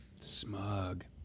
smug